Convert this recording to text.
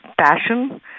passion